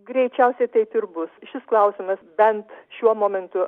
greičiausiai taip ir bus šis klausimas bent šiuo momentu